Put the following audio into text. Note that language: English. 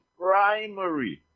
primary